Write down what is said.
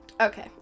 Okay